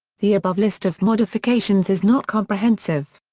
the above list of modifications is not comprehensive.